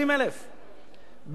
בחיפה 14,000,